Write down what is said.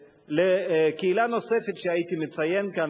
קהילה נוספת שהייתי מציין כאן,